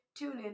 TuneIn